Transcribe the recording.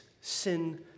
sin